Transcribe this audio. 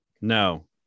No